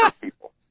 people